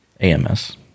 AMS